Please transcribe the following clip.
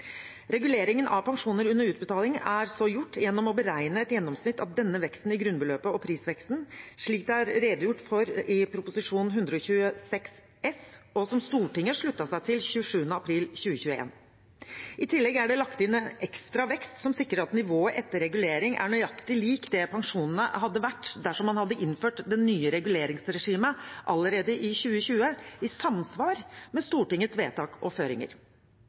Reguleringen av pensjoner under utbetaling er så gjort gjennom å beregne et gjennomsnitt av denne veksten i grunnbeløpet og prisveksten, slik det er redegjort for i Prop. 126 S for 2020–2021, som Stortinget sluttet seg til 27. april 2021. I tillegg er det lagt inn en ekstra vekst som sikrer at nivået etter regulering er nøyaktig likt det pensjonene hadde vært dersom man hadde innført det nye reguleringsregimet allerede i 2020, i samsvar med Stortingets vedtak og føringer.